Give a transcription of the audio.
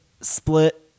split